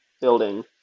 building